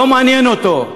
לא מעניין אותו.